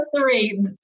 three